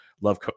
Love